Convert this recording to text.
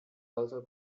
also